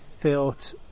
felt